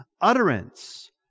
utterance